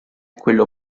quello